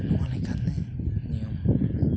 ᱱᱚᱣᱟ ᱞᱮᱠᱟᱛᱮ ᱱᱤᱭᱚᱢ